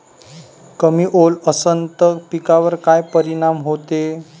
कमी ओल असनं त पिकावर काय परिनाम होते?